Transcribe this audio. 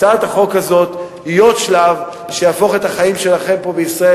הצעת החוק הזאת היא עוד שלב שיהפוך את החיים שלכם פה בישראל,